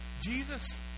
Jesus